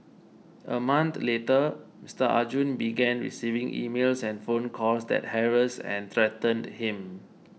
a month later Mister Arjun began receiving emails and phone calls that harassed and threatened him